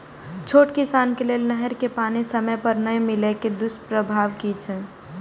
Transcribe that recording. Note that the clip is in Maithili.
छोट किसान के लेल नहर के पानी समय पर नै मिले के दुष्प्रभाव कि छै?